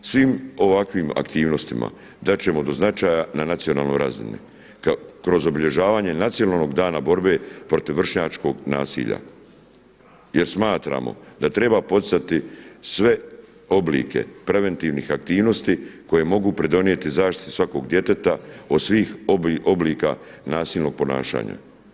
Svim ovakvim aktivnostima dati ćemo do značaja na nacionalnoj razini kroz obilježavanje nacionalnog dana borbe protiv vršnjačkog nasilja jer smatramo da treba poslati sve oblike preventivnih aktivnosti koje mogu pridonijeti zaštiti svakog djeteta od svih oblika nasilnog ponašanja.